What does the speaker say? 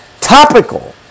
topical